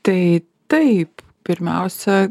tai taip pirmiausia